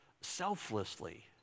selflessly